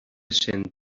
cent